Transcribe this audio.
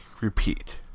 repeat